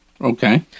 okay